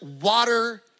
water